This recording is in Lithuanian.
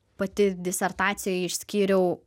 pati disertacijoj išskyriau